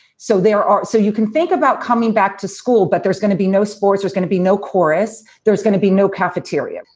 so there are so you can think about coming back to school, but there's going to be no sports, there's going to be no chorus, there's going to be no cafeteria.